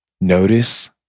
Notice